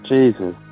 Jesus